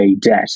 debt